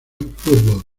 fútbol